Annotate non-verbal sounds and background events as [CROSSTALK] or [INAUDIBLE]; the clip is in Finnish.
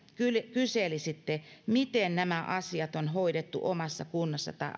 kyselisitte miten nämä asiat on hoidettu omassa kunnassanne tai [UNINTELLIGIBLE]